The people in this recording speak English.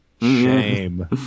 shame